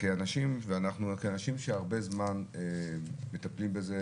כאנשים שהרבה זמן מטפלים בזה,